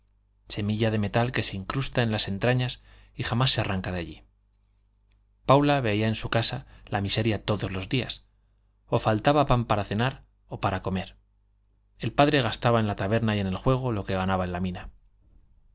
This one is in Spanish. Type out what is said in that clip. semilla de metal que se incrusta en las entrañas y jamás se arranca de allí paula veía en su casa la miseria todos los días o faltaba pan para cenar o para comer el padre gastaba en la taberna y en el juego lo que ganaba en la mina